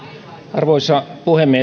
arvoisa puhemies